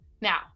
Now